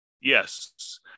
Yes